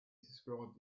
described